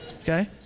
Okay